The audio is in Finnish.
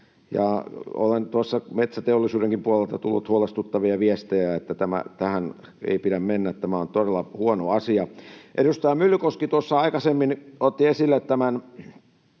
Onhan metsäteollisuudenkin puolelta tullut huolestuttavia viestejä, että tähän ei pidä mennä, tämä on todella huono asia. Edustaja Myllykoski tuossa aikaisemmin otti esille metsien